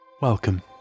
Welcome